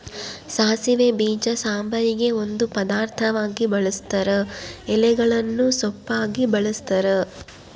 ಸಾಸಿವೆ ಬೀಜ ಸಾಂಬಾರಿಗೆ ಒಂದು ಪದಾರ್ಥವಾಗಿ ಬಳುಸ್ತಾರ ಎಲೆಗಳನ್ನು ಸೊಪ್ಪಾಗಿ ಬಳಸ್ತಾರ